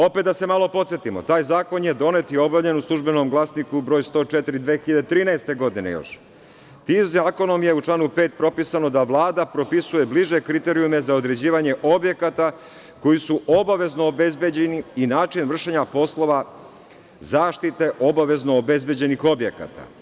Opet da se malo podsetimo, taj zakon je donet i objavljen u „Službenom glasniku“ broj 104 još 2013. godine i zakonom je u članu 5. propisano da Vlada propisuje bliže kriterijume za određivanje objekata koji su obavezno obezbeđeni i način vršenja poslova zaštite obavezno obezbeđenih objekata.